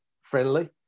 friendly